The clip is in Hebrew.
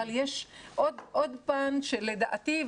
אבל יש עוד פן שלדעתי,